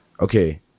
okay